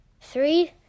three